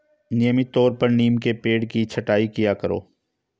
नियमित तौर पर नीम के पेड़ की छटाई किया करो